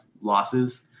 losses